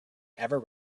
ever